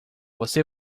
você